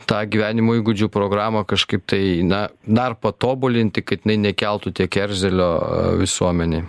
tą gyvenimo įgūdžių programą kažkaip tai na dar patobulinti kad jinai nekeltų tiek erzelio visuomenei